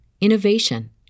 innovation